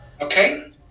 Okay